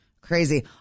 crazy